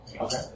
Okay